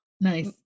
nice